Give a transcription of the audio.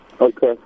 Okay